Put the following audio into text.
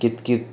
କିତ୍ କିତ୍